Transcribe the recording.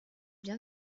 bien